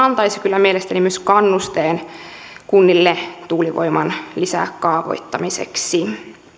antaisi mielestäni myös kannusteen kunnille tuulivoiman lisäkaavoittamiseksi